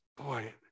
boy